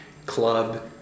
Club